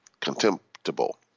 contemptible